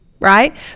right